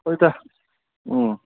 ꯍꯣꯏꯗꯥ ꯎꯝ